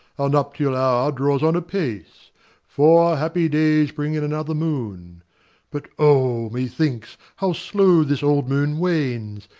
our nuptial hour draws on apace four happy days bring in another moon but, o, methinks, how slow this old moon wanes!